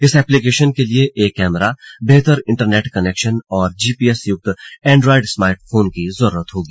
इस एप्लीकेशन के लिए एक कैमरा बेहतर इंटरनेट कनेक्शन और जीपीएस युक्त एंड्रायड स्मार्ट फोन जरूरी होगा